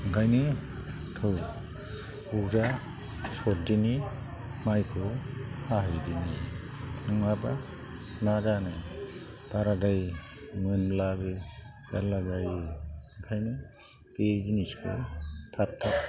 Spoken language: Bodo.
ओंखायनो थौ बजा सरदिनि माइखौ हाहैदिनि नङाबा मा जानो बाराद्राय मोनब्लाबो जारला जायो ओंखायनो बे जिनिसखौ थाब थाब